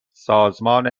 سازمان